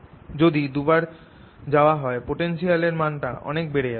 যদি দুবার যাওয়া হয় পোটেনশিয়াল এর মানটা অনেক বেড়ে যাবে